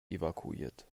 evakuiert